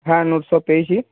হ্যাঁ নোটস সব পেয়েছি